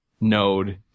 node